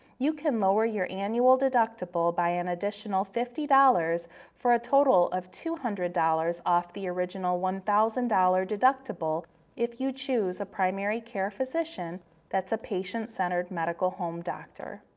you can lower your annual deductible by an additional fifty dollars for a total of two hundred dollars off the original one thousand dollars deductible if you choose a primary care physician that's a patient-centered medical home doctor.